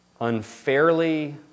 unfairly